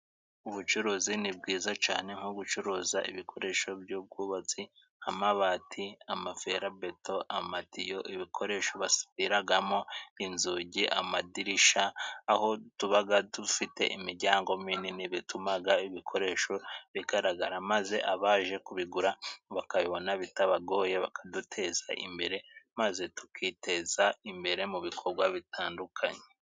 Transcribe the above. Ubucuruzi ni bwiza cane nko gucuruza ibikoresho by'ubwubatsi. Amabati, amaferabeto, amatiyo, ibikoresho basudiragamo inzugi, amadirisha, aho tubaga dufite imiryango minini bitumaga ibikoresho bigaragara, maze abaje kubigura bakabibona bitabagoye, bakaduteza imbere maze tukiteza imbere mu bikorwa bitandukanye.